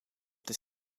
dit